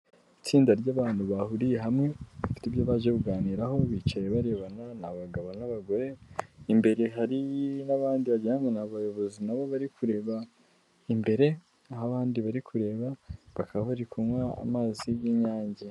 Itsinda ry'abantu bahuriye hamwe bafite ibyo baje kuganiraho, bicaye barebana ni abagabo n'abagore, imbere hari n'abandi wagira ngo ni abayobozi na bo bari kurebana imbere, naho abandi bari kureba bakaba bari kunywa amazi y'inyange.